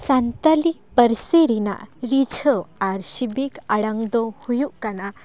ᱥᱟᱱᱛᱟᱞᱤ ᱯᱟᱹᱨᱥᱤ ᱨᱮᱱᱟᱜ ᱨᱤᱡᱷᱟᱹᱣ ᱟᱨ ᱥᱤᱵᱤᱠ ᱟᱲᱟᱝ ᱫᱚ ᱦᱩᱭᱩᱜ ᱠᱟᱱᱟ